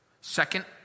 Second